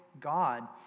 God